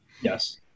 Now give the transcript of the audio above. Yes